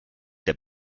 der